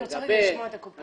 אני רוצה לשמוע את הקופות.